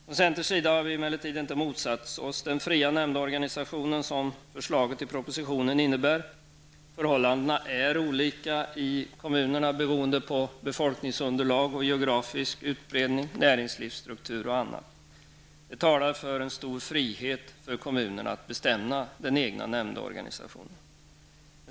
Från centerns sida har vi emellertid inte motsatt oss den fria nämndorganisationen som förslaget i propositionen innebär. Förhållandena är olika i kommunerna beroende på befolkningsunderlag, geografisk utbredning, näringslivsstruktur m.m. Det talar för en stor frihet för kommunen att bestämma den egna nämndorganisationen.